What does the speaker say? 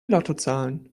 lottozahlen